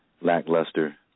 lackluster